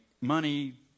money